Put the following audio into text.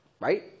right